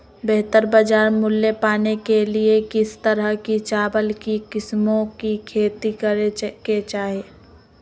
बेहतर बाजार मूल्य पाने के लिए किस तरह की चावल की किस्मों की खेती करे के चाहि?